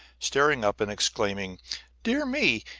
staring up and exclaiming dear me,